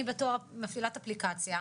אני בתור מפעילת אפליקציה,